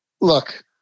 Look